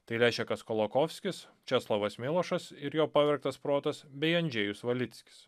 tai lešekas kolokovskis česlovas milošas ir jo pavergtas protas bei andžejus valickis